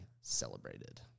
celebrated